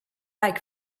leg